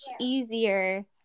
easier